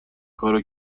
کارو